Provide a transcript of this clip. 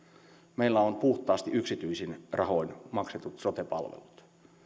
meillä on puhtaasti yksityisin rahoin maksetut sote palvelut